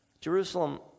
Jerusalem